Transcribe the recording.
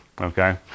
Okay